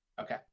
Okay